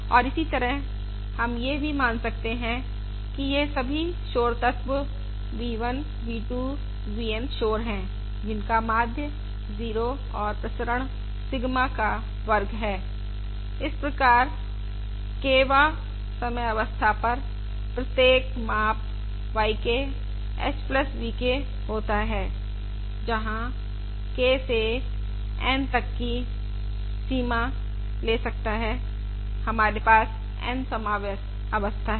और इसी तरह हम यह भी मान लें कि ये सभी शोर तत्व v1 v2 v N शोर हैं जिनका माध्य 0 और प्रसरण सिग्मा का वर्ग है इस प्रकार kवाँ समय अवस्था पर प्रत्येक माप yK h v K होता है जहाँ K 1 से N तक की सीमा ले सकता है हमारे पास N समय अवस्था है